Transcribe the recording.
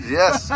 yes